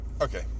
Okay